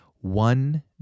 One